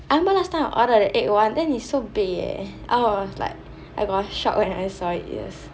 I remember last time I ordered their egg one then it's so big eh then I was like I got a shock when I saw it yes